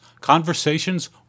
Conversations